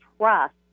trust